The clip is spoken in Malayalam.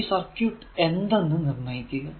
ഈ സർക്യൂട് എന്തെന്ന് നിർണയിക്കുക